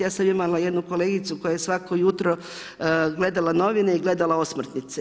Ja sam imala jednu kolegicu koja je svako jutro gledala novine i gledala osmrtnice.